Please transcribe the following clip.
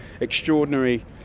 extraordinary